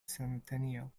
centennial